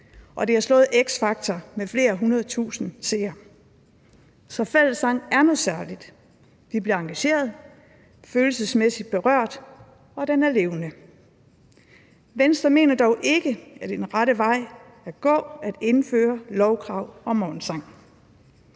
og det har slået »X Factor« med flere hundredetusinde seere. Så fællessang er noget særligt: Vi bliver engagerede og følelsesmæssigt berørt – den er levende. Venstre mener dog ikke, at det er den rette vej at gå at indføre lovkrav om morgensang.